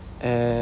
uh